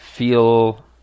feel